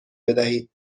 بدهید